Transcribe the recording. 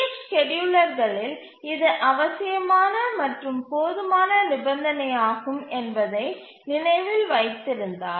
F ஸ்கேட்யூலர்களில் இது அவசியமான மற்றும் போதுமான நிபந்தனையாகும் என்பதை நினைவில் வைத்திருந்தால்